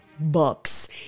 books